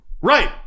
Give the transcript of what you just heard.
Right